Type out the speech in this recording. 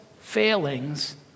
failings